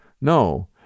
No